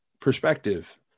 perspective